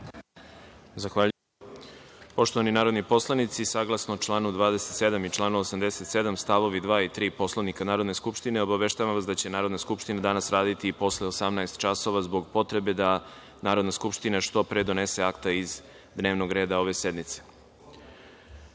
Zahvaljujem. Poštovani narodni poslanici, saglasno članu 27. i članu 87. stavovi 2. i 3. Poslovnika Narodne skupštine, obaveštavam vas da će Narodna skupština danas raditi i posle 18 časova zbog potrebe da Narodna skupštine što pre donese akta iz dnevnog reda ove sednice. Reč